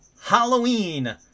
Halloween